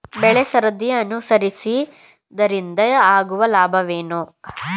ಬೆಳೆಸರದಿ ಅನುಸರಿಸುವುದರಿಂದ ಆಗುವ ಲಾಭವೇನು?